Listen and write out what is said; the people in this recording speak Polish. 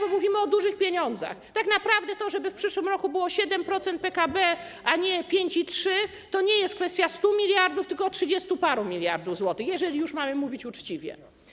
My mówimy o dużych pieniądzach, tak naprawdę to, żeby w przyszłym roku było 7% PKB, a nie 5,3%, to nie jest kwestia 100 mld, tylko trzydziestu paru miliardów złotych, jeżeli już mamy mówić uczciwie.